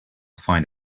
find